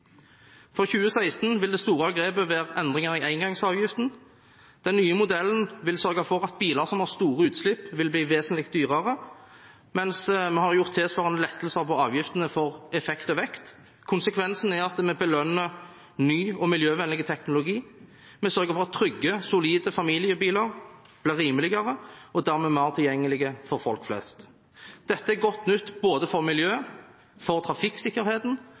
For 2016 vil det store grepet være endringer i engangsavgiften. Den nye modellen vil sørge for at biler som har store utslipp, vil bli vesentlig dyrere, mens vi har gjort tilsvarende lettelser av avgiftene for effekt og vekt. Konsekvensen er at vi belønner ny og miljøvennlig teknologi, vi sørger for at trygge, solide familiebiler blir rimeligere og dermed mer tilgjengelige for folk flest. Dette er godt nytt både for miljøet, for trafikksikkerheten